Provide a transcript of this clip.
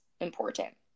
important